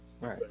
Right